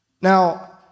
Now